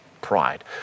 pride